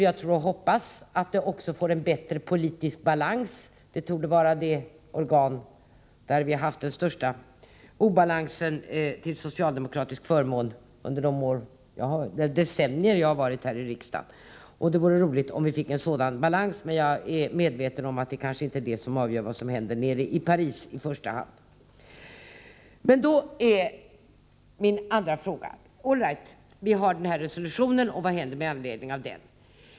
Jag tror och hoppas att det också får en bättre politisk balans. Det torde vara det organ där vi har haft den största obalansen till socialdemokratisk förmån under de decennier som jag har suttit i riksdagen. Det vore roligt om vi fick en sådan balans, men jag är medveten om att det kanske inte är i första hand detta som avgör vad som händer nere i Paris. Jag vill ställa ytterligare en fråga. Vi har alltså den här resolutionen och det som händer med anledning av den.